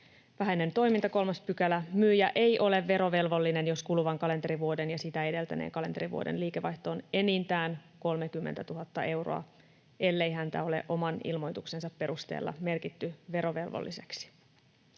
”Vähäinen toiminta 3 §. Myyjä ei ole verovelvollinen, jos kuluvan kalenterivuoden ja sitä edeltäneen kalenterivuoden liikevaihto on enintään 30 000 euroa, ellei häntä ole oman ilmoituksensa perusteella merkitty verovelvolliseksi.”